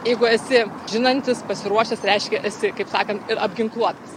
jeigu esi žinantis pasiruošęs reiškia esi kaip sakant ir apginkluotas